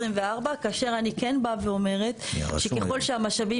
כאשר אני כן באה ואומרת שככל והמשאבים